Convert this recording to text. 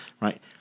right